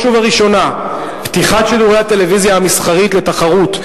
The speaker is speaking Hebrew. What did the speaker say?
ובראשונה פתיחת שידורי הטלוויזיה המסחרית לתחרות,